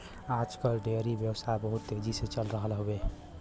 आज कल डेयरी व्यवसाय बहुत तेजी से चल रहल हौवे